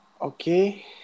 Okay